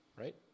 right